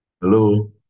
Hello